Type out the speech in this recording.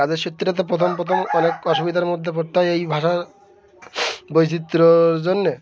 কাজের সুত্রে তো প্রথম প্রথম অনেক অসুবিধার মধ্যে পড়তে হয় এই ভাষার বৈচিত্র্যর জন্যে